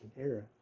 era